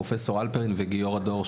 פרופ' הלפרן וגיורא דור,